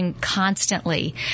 constantly